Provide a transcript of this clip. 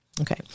Okay